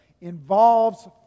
involves